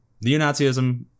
neo-Nazism